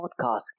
Podcast